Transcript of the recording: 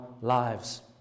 lives